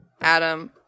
Adam